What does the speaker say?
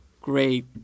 great